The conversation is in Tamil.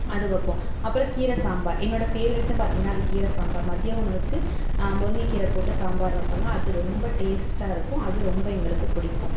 அது வைப்போம் அப்பறம் கீரை சாம்பார் என்னோடய ஃபேவரெட்னு பார்த்திங்கனா அது கீரை சாம்பார் மதிய உணவுக்கு முருங்கை கீரை போட்டு சாம்பார் வைப்பங்க அது ரொம்ப டேஸ்ட்டாக இருக்கும் அது ரொம்ப எங்களுக்கு பிடிக்கும்